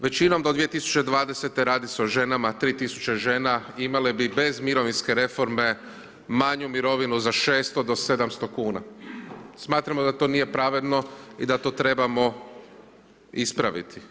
Većinom do 2020. radi se o ženama, 3000 žena imale bi bez mirovinske reforme manju mirovinu za 600 do 700 kuna. smatramo da to nije pravedno i da to trebamo ispraviti.